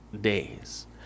days